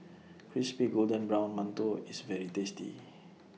Crispy Golden Brown mantou IS very tasty